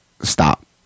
Stop